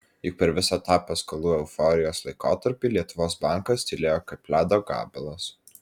juk per visą tą paskolų euforijos laikotarpį lietuvos bankas tylėjo kaip ledo gabalas